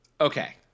Okay